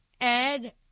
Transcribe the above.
ed